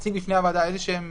להציג בפני הוועדה, איזשהם